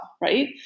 right